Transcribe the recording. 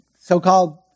so-called